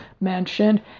mentioned